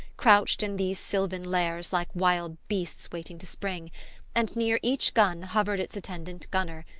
crouched in these sylvan lairs like wild beasts waiting to spring and near each gun hovered its attendant gunner,